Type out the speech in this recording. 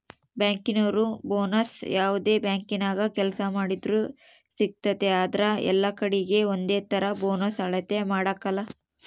ಬ್ಯಾಂಕಿನೋರು ಬೋನಸ್ನ ಯಾವ್ದೇ ಬ್ಯಾಂಕಿನಾಗ ಕೆಲ್ಸ ಮಾಡ್ತಿದ್ರೂ ಸಿಗ್ತತೆ ಆದ್ರ ಎಲ್ಲಕಡೀಗೆ ಒಂದೇತರ ಬೋನಸ್ ಅಳತೆ ಮಾಡಕಲ